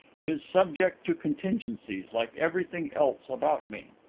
is subject to contingencies, like everything else about me.